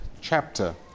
chapter